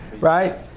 right